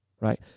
right